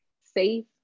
safe